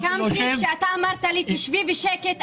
קמתי כשאתה אמרת לי: "תשבי בשקט,